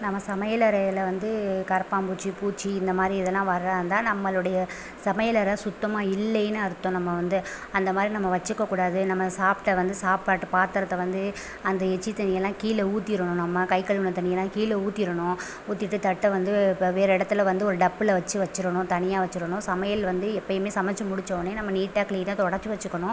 நம்ம சமையல் அறையில் வந்து கரப்பான் பூச்சி பூச்சி இந்தமாதிரி இதெலாம் வர்ராருந்தா நம்மளுடைய சமையல் அறை சுத்தமாக இல்லைனு அர்த்தம் நம்ம வந்து அந்தமாதிரி நம்ம வச்சுக்க கூடாது நம்ம சாப்ட வந்து சாப்பாட்டு பாத்தரத்தை வந்து அந்த எச்சில் தண்ணியல்லாம் கீழே ஊற்றிடணும் நம்ம கை கழுவின தண்ணியல்லாம் கீழே ஊற்றிடனும் ஊற்றிட்டு தட்டை வந்து வேறே இடத்துல வந்து ஒரு டப்பில் வச்சு வச்சுடனும் தனியாக சமையல் வந்து எப்பவுமே சமச்சு முடிச்சோனே நம்ம நீட்டாக க்ளீனாக துடச்சி வச்சுக்கணும்